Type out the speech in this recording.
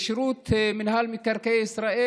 בשירות מינהל מקרקעי ישראל,